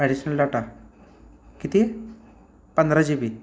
additional data किती पंधरा G बी